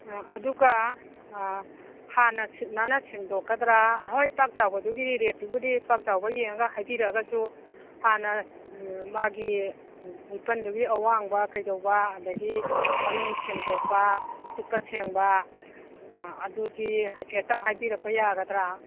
ꯎꯝ ꯑꯗꯨꯒ ꯍꯥꯟꯅ ꯁꯤꯠ ꯅꯥꯟꯅ ꯁꯦꯡꯗꯣꯛꯀꯗ꯭ꯔ ꯍꯣꯏ ꯄꯥꯛ ꯆꯥꯎꯕꯗꯨꯒꯤ ꯔꯦꯠꯇꯨꯕꯨꯗꯤ ꯄꯥꯛ ꯆꯥꯎꯕ ꯌꯦꯡꯉꯒ ꯍꯥꯏꯕꯤꯔꯛꯑꯒꯁꯨ ꯍꯥꯟꯅ ꯃꯥꯒꯤ ꯂꯩꯄꯟꯗꯨꯒꯤ ꯑꯋꯥꯡꯕ ꯀꯩꯗꯧꯕ ꯑꯗꯒꯤ ꯃꯅꯨꯡ ꯁꯦꯡꯗꯣꯛꯄ ꯁꯤꯠꯄ ꯁꯦꯡꯕ ꯑꯗꯨꯗꯤ ꯍꯥꯏꯐꯦꯠꯇꯪ ꯍꯥꯏꯕꯤꯔꯛꯄ ꯌꯥꯒꯗ꯭ꯔ